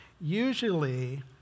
Usually